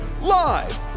Live